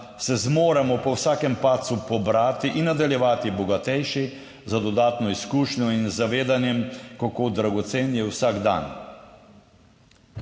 se zmoremo po vsakem padcu pobrati in nadaljevati. Bogatejši za dodatno izkušnjo in z zavedanjem, kako dragocen je vsak dan.